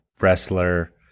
wrestler